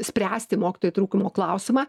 spręsti mokytojų trūkumo klausimą